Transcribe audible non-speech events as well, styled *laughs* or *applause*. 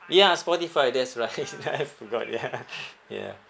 ya Spotify that's right *laughs* I forgot ya *laughs* ya